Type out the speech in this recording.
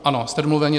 Ano, jste domluveni.